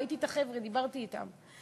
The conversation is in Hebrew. ראיתי את החבר'ה ודיברתי אתם.